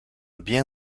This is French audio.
bien